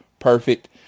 perfect